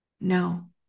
No